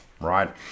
right